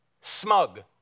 Smug